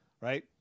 right